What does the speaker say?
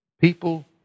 People